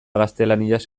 gaztelaniaz